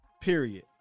Period